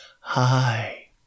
Hi